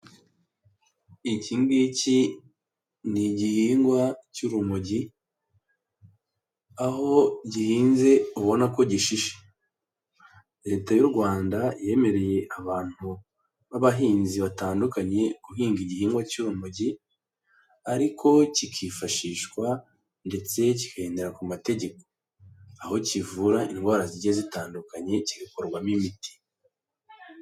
Iki ngiki ni igihingwa cy'urumogi aho gihinze ubona ko gishishe, leta y'u Rwanda yemereye abantu b'abahinzi batandukanye guhinga igihingwa cy'urumogi, ariko kikifashishwa ndetse kikagendera ku mategeko, aho kivura indwara zigiye zitandukanye kigakorwamo imiti.